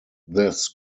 this